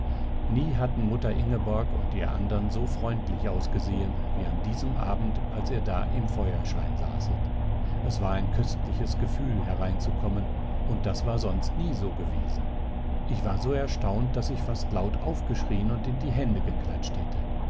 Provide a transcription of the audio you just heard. nie hatten mutter ingeborg und ihr andern so freundlich ausgesehen wie an diesem abend als ihr da im feuerschein saßet es war ein köstliches gefühl hereinzukommen und das war sonst nie so gewesen ich war so erstaunt daß ich fast laut aufgeschrien und in die hände geklatscht hätte